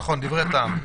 (ב).